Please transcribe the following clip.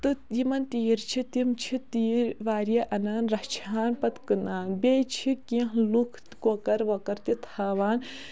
تہٕ یِمن تیٖر چھِ تِم چھِ تیٖر واریاہ انان پتہٕ رَچھان پتہٕ کٕنان بییہِ چھِ کینٛہہ لُکھ کۄکَر وۄکَر تہِ تھاوان